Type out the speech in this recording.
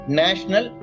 national